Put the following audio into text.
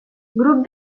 grup